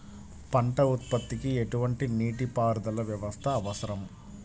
పంట ఉత్పత్తికి ఎటువంటి నీటిపారుదల వ్యవస్థ అవసరం?